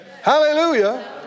Hallelujah